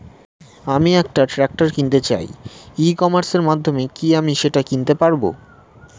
আমি একটা ট্রাক্টর কিনতে চাই ই কমার্সের মাধ্যমে কি আমি সেটা কিনতে পারব?